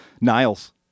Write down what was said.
Niles